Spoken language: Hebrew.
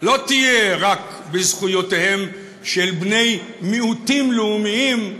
לא תהיה רק בזכויותיהם של בני מיעוטים לאומיים,